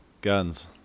Guns